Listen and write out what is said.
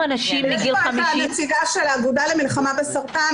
נשים --- יש כאן נציגה של האגודה למלחמה בסרטן,